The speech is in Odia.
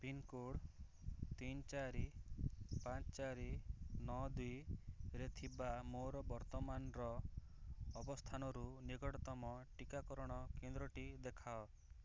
ପିନ୍କୋଡ଼୍ ତିନ ଚାରି ପାଞ୍ଚ ଚାରି ନଅ ଦୁଇରେ ଥିବା ମୋର ବର୍ତ୍ତମାନର ଅବସ୍ଥାନରୁ ନିକଟତମ ଟିକାକରଣ କେନ୍ଦ୍ରଟି ଦେଖାଅ